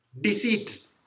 Deceit